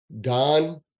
Don